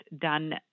done